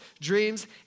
dreams